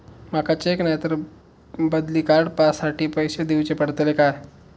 माका चेक नाय तर बदली कार्ड साठी पैसे दीवचे पडतले काय?